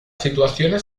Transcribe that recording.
situaciones